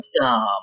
awesome